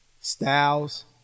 Styles